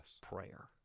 prayer